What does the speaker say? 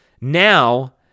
Now